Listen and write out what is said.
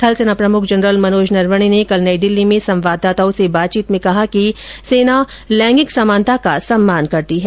थल सेना प्रमुख जनरल मनोज नरवणे ने कल नई दिल्ली से संवाददाताओं से बातचीत में कहा कि सेना लैंगिक समानता का सम्मान करती है